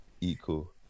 equal